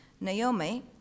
Naomi